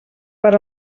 per